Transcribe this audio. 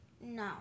No